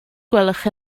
gwelwch